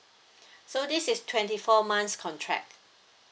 so this is twenty four months contract